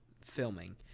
filming